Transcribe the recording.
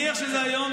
זה העיקרון היהודי